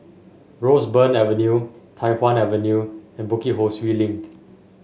Roseburn Avenue Tai Hwan Avenue and Bukit Ho Swee Link